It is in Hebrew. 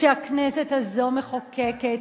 שהכנסת הזאת מחוקקת,